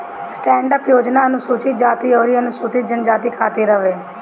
stand up योजना अनुसूचित जाती अउरी अनुसूचित जनजाति खातिर हवे